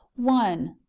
one.